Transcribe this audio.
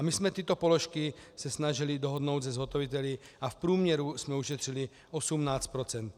My jsme se tyto položky snažili dohodnout se zhotoviteli a v průměru jsme ušetřili 18 %.